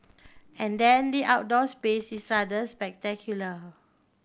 and then the outdoor space is rather spectacular